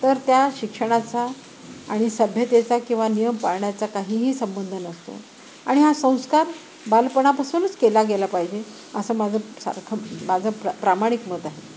तर त्या शिक्षणाचा आणि सभ्यतेचा किंवा नियम पाळण्याचा काहीही संबंध नसतो आणि हा संस्कार बालपणापासूनच केला गेला पाहिजे असं माझं सारखं माझं प्र प्रामाणिक मत आहे